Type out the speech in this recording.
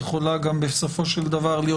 היא יכולה גם להיות בסופו של דבר חלק